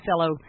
fellow